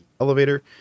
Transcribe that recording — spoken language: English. elevator